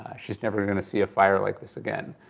she's never gonna see a fire like this again.